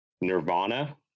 Nirvana